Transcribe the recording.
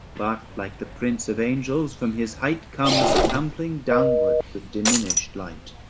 but like the prince of angels, from his height comes tumbling downward with diminished light